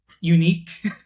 unique